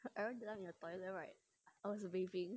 I remember that time in the toilet right I was bathing